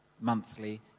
monthly